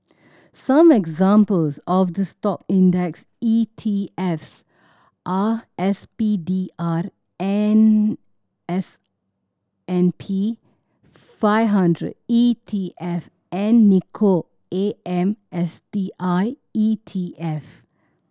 some examples of the Stock index E T Fs are S P D R and S and P five hundred E T F and Nikko A M S T I E T F